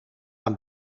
aan